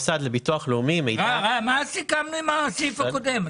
מה סיכמנו עם הסעיף הקודם?